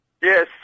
Yes